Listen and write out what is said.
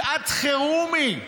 שעת חירום היא.